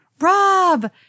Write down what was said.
Rob